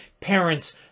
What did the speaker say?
parents